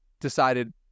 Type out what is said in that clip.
decided